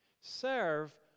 Serve